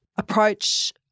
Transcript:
Approach